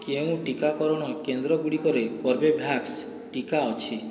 କେଉଁ ଟିକାକରଣ କେନ୍ଦ୍ରଗୁଡ଼ିକରେ କର୍ବେଭ୍ୟାକ୍ସ୍ ଟିକା ଅଛି